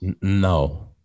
No